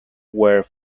were